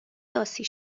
داسی